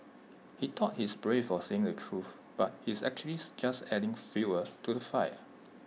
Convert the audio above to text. he thought he's brave for saying the truth but he's actually just adding fuel to the fire